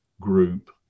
group